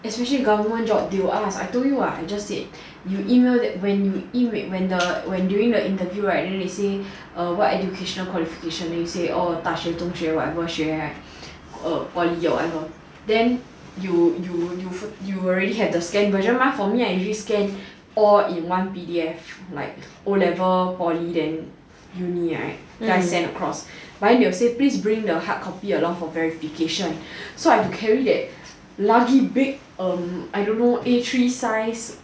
especially government job they will ask I told you what I just said you email them when you when the during the interview right then they say err what educational qualification then you say oh 大学中学 or whatever 学 right err poly or whatever then you you you already have the scanned one version mah for me right then I usually scan all in one P_D_F like O level poly then uni right then I send across but then they will say please bring the hard copy along for verification so I have to carry that lagi big hmm I don't know what A three size